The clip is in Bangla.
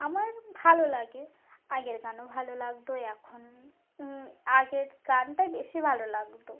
আমার ভালো লাগে আগের গানও ভালো লাগতো এখন আগের গানটাই বেশি ভালো লাগতো